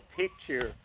picture